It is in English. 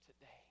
today